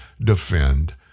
defend